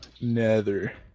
nether